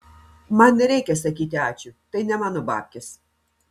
man nereikia sakyti ačiū tai ne mano babkės